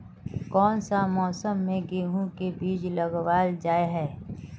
कोन सा मौसम में गेंहू के बीज लगावल जाय है